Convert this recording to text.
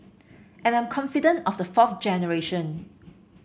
and I'm confident of the fourth generation